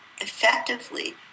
effectively